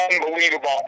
unbelievable